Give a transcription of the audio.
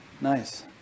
Nice